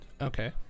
okay